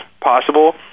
possible